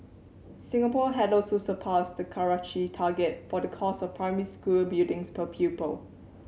Singapore had also surpassed the Karachi target for the cost of primary school buildings per pupil